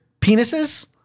penises